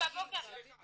שאלת